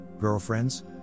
girlfriends